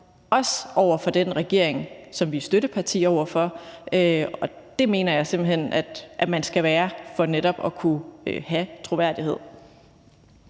også over for den regering, som vi er støtteparti for, og det mener jeg simpelt hen at man skal være for netop at kunne have troværdighed.